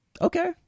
Okay